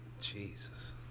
Jesus